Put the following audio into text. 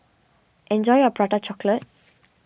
enjoy your Prata Chocolate